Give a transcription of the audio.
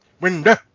Window